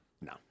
No